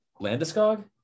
Landeskog